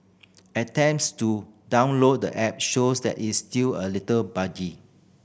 attempts to download the app shows that is still a little buggy